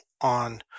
on